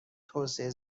توسعه